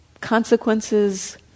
consequences